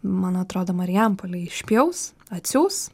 man atrodo marijampolėj išpjaus atsiųs